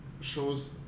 shows